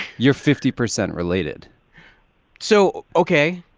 you're fifty percent related so, okay.